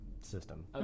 system